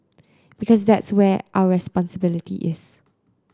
because that is where our responsibility is